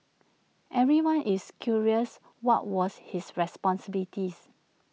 everyone is curious what was his responsibilities